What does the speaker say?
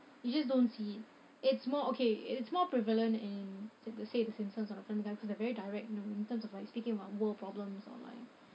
you just don't see it it's more okay it's more prevalent in say simpsons or family guy cause they are direct you know in terms of like speaking about world problems or like